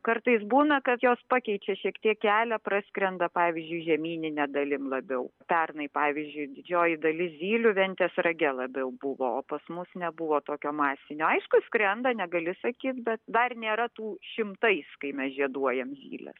kartais būna kad jos pakeičia šiek tiek kelią praskrenda pavyzdžiui žemynine dalim labiau pernai pavyzdžiui didžioji dalis zylių ventės rage labiau buvo o pas mus nebuvo tokio masinio aišku skrenda negali sakyt bet dar nėra tų šimtais kai mes žieduojam zyles